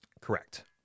Correct